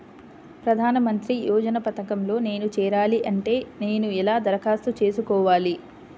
ప్రధాన మంత్రి యోజన పథకంలో నేను చేరాలి అంటే నేను ఎలా దరఖాస్తు చేసుకోవాలి?